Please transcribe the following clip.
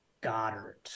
Goddard